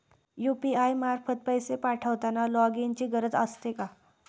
UPI मार्फत पैसे पाठवताना लॉगइनची गरज असते का?